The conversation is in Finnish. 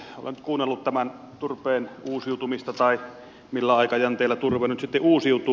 olen kuunnellut turpeen uusiutumisesta millä aikajänteellä turve uusiutuu